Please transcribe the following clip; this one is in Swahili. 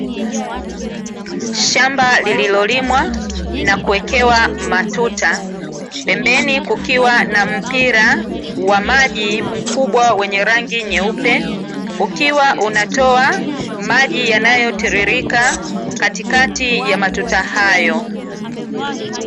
Shamba lililolimwa na kuwekewa matuta pembeni kukiwa na mpira wa maji mkubwa wenye rangi nyeupe, ukiwa unatoa maji yanayotiririka katikati ya matuta hayo.